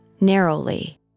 narrowly